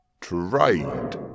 Trade